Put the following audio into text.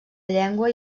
llengua